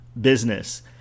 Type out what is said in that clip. business